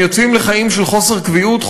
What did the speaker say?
הם יוצאים לחיים של חוסר קביעות,